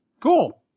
Cool